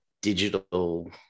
digital